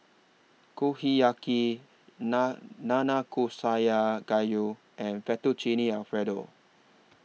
Kushiyaki Nanakusa Gayu and Fettuccine Alfredo